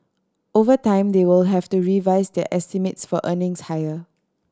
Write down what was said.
over time they will have to revise their estimates for earnings higher